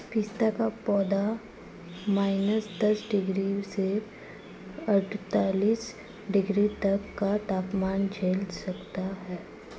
पिस्ता का पौधा माइनस दस डिग्री से अड़तालीस डिग्री तक का तापमान झेल सकता है